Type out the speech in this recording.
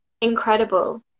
incredible